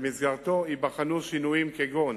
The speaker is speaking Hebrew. שבמסגרתו ייבחנו שינויים כגון